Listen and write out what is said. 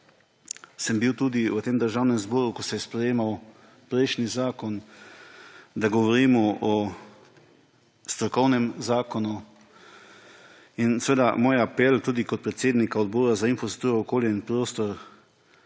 sem bil tudi v tem državnem zboru, ko se je sprejemal prejšnji zakon, da govorimo o strokovnem zakonu. In seveda moj apel tudi kot predsednika Odbora za infrastrukturo, okolje in prostor,